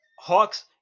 Hawks